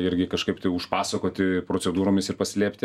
irgi kažkaip tai užpasakoti procedūromis ir paslėpti